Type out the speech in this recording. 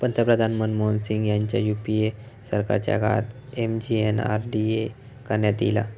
पंतप्रधान मनमोहन सिंग ह्यांच्या यूपीए सरकारच्या काळात एम.जी.एन.आर.डी.ए करण्यात ईला